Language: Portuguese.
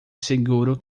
seguro